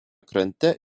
krante